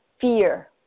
fear